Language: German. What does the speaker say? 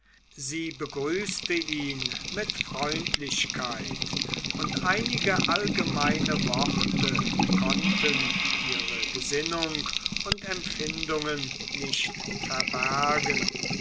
sie begrüßte ihn mit freundlichkeit und einige allgemeine worte konnten ihre gesinnung und empfindungen nicht verbergen